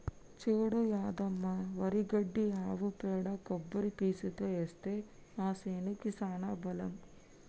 చూడు యాదమ్మ వరి గడ్డి ఆవు పేడ కొబ్బరి పీసుతో ఏస్తే ఆ సేనుకి సానా బలం